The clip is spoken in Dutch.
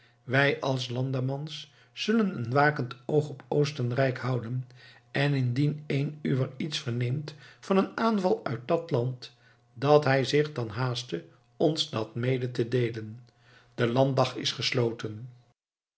wij als landammans zullen een wakend oog op oostenrijk houden en indien één uwer iets verneemt van een aanval uit dat land dat hij zich dan haaste ons dat mede te deelen de landdag is gesloten